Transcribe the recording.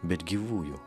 bet gyvųjų